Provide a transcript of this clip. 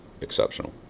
exceptional